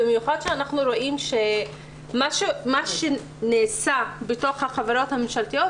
במיוחד כשאנחנו רואים שמה שנעשה בתוך החברות הממשלתיות,